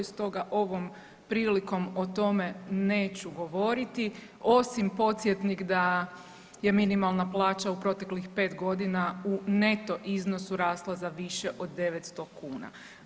Stoga ovom prilikom o tome neću govoriti osim podsjetnik da je minimalna plaća u proteklih 5.g. u neto iznosu rasla za više od 900 kuna.